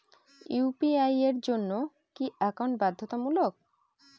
UPI এর জন্য কি একাউন্ট বাধ্যতামূলক?